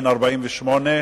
בן 48,